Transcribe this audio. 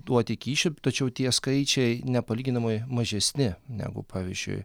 duoti kyšį tačiau tie skaičiai nepalyginamai mažesni negu pavyzdžiui